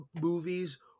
movies